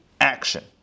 action